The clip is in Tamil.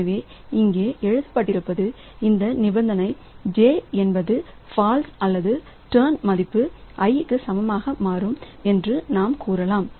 எனவே இங்கே எழுதப்பட்டிருப்பது இந்த நிபந்தனை j என்பது ஃபால்ஸ் அல்லது டர்ன் மதிப்பு i க்கு சமமாக மாறும் என்று நாம் கூறலாம்